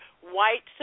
white